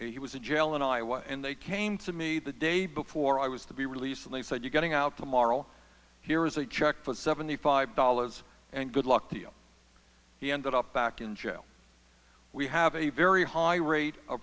he was in jail and i was and they came to me the day before i was to be released and they said you're getting out tomorrow here's a check for seventy five dollars and good luck to you he ended up back in jail we have a very high rate of